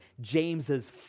James's